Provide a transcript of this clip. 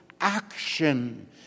action